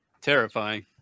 Terrifying